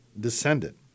descendant